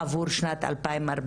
עבור שנת 2014,